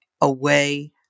away